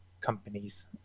companies